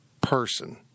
person—